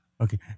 Okay